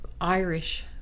Irish